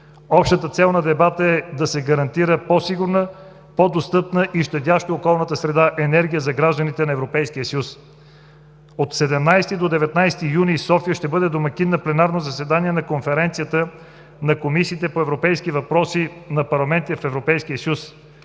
Общата цел на дебата е да се гарантира по-сигурна, по-достъпна и щадяща околната среда енергия за гражданите на Европейския съюз. От 17 до 19 юни София ще бъде домакин на пленарно заседание на Конференцията на комисиите по европейски въпроси на парламентите в Европейския съюз.